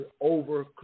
over